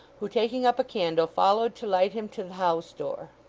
who taking up a candle followed to light him to the house-door.